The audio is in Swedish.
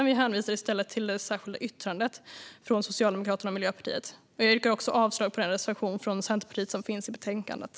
Vi hänvisar i stället till det särskilda yttrandet från Socialdemokraterna och Miljöpartiet. Jag yrkar också avslag på den reservation från Centerpartiet som finns i betänkandet.